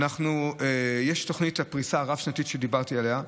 יש תוכנית הפריסה הרב-שנתית שדיברתי עליה,